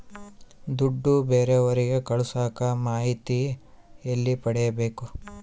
ದುಡ್ಡು ಬೇರೆಯವರಿಗೆ ಕಳಸಾಕ ಮಾಹಿತಿ ಎಲ್ಲಿ ಪಡೆಯಬೇಕು?